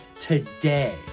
today